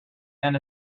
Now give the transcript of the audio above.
and